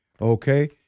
okay